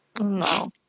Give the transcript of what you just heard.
No